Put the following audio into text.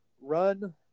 Run